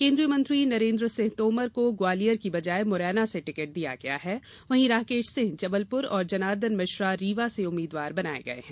केन्द्रीय मंत्री नरेन्द्र सिंह तोमर को ग्वालियर की बजाय मुरैना से टिकट दिया गया है वहीं राकेश सिंह जबलपुर और जनार्दन मिश्रा रीवा से उम्मीदवार बनाए गए हैं